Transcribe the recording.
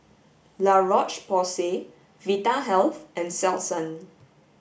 La Roche Porsay Vitahealth and Selsun